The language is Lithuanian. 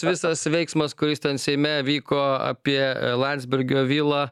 visas veiksmas kuris ten seime vyko apie landsbergio vilą